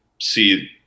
see